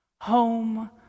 Home